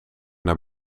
naar